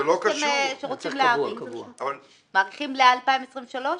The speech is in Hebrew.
מאריכים ל-2023?